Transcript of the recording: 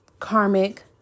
karmic